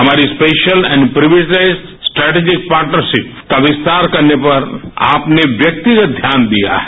हमारी स्पेशल और privileged strategic partnership का विस्तार करने पर आपने व्यक्तिगत ध्यान दिया है